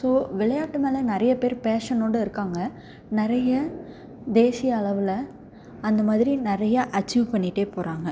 so விளையாட்டு மேல் நிறைய பேர் ஃபேஷனோடு இருக்காங்க நிறைய தேசிய அளவில் அந்த மாதிரி நிறையா அச்சீவ் பண்ணிகிட்டே போகிறாங்க